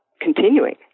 continuing